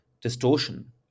distortion